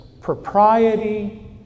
propriety